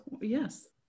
yes